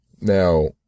Now